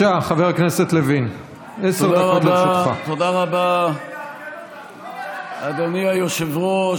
תודה רבה, אדוני היושב-ראש.